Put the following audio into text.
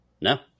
No